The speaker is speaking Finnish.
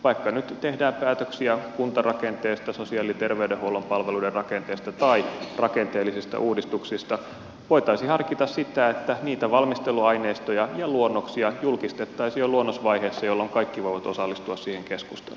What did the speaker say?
vaikka nyt tehdään päätöksiä kuntarakenteesta sosiaali ja terveydenhuollon palveluiden rakenteesta tai rakenteellisista uudistuksista voitaisiin harkita sitä että niitä valmisteluaineistoja ja luonnoksia julkistettaisiin jo luonnosvaiheessa jolloin kaikki voivat osallistua siihen keskusteluun